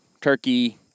turkey